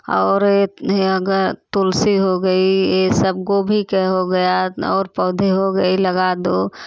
और इतनी अगर तुलसी हो गई ये सब गोभी के हो गए और पौधे हो गए लगा दो